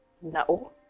No